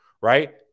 right